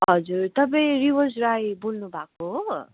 हजुर तपाईँ रिवाज राई बोल्नु भएको हो